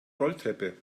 rolltreppe